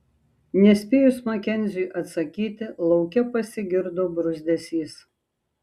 nespėjus makenziui atsakyti lauke pasigirdo bruzdesys